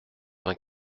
vingt